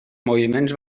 moviments